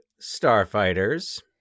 Starfighters